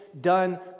done